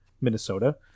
Minnesota